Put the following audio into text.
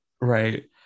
right